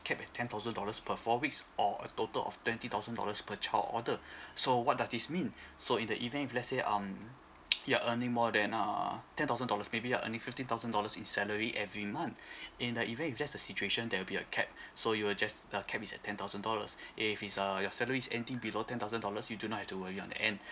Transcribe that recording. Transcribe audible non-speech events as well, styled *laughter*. capped at ten thousand dollars per four weeks or a total of twenty thousand dollars per child order so what does this mean so in the event if let's say um *noise* you're earning more than err ten thousand dollars maybe you're earning fifteen thousand dollars in salary every month in the event if that's the situation there'll be a cap so you will just the cap is at ten thousand dollars and if it's err your salary's anything below ten thousand dollars you do not have to worry on that and